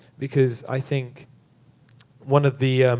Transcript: because i think one of the